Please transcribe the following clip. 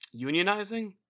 unionizing